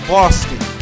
Boston